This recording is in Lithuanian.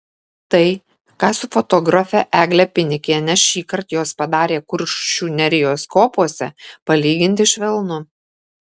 tai ką su fotografe egle pinikiene šįkart jos padarė kuršių nerijos kopose palyginti švelnu